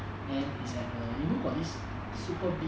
then it's at the you know got this super big